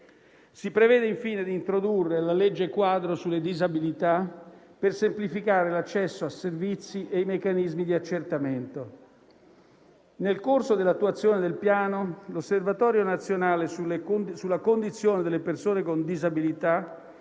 Si prevede, infine, di introdurre la legge quadro sulle disabilità per semplificare l'accesso ai servizi e i meccanismi di accertamento. Nel corso dell'attuazione del Piano, l'osservatorio nazionale sulla condizione delle persone con disabilità